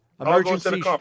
Emergency